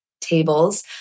tables